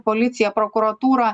policiją prokuratūrą